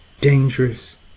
dangerous